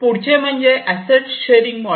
पुढचे म्हणजे asset sharing model